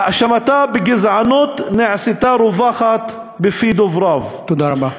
האשמתה בגזענות נעשתה רווחת בפי דובריו." תודה רבה.